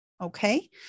Okay